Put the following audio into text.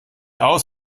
aus